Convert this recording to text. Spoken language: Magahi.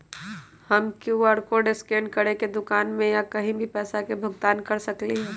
हम कियु.आर कोड स्कैन करके दुकान में या कहीं भी पैसा के भुगतान कर सकली ह?